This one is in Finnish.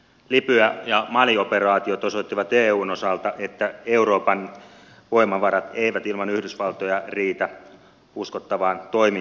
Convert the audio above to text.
libya ja mali operaatiot osoittivat eun osalta että euroopan voimavarat eivät ilman yhdysvaltoja riitä uskottavaan toimintaan